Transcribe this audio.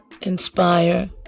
inspire